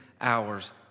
hours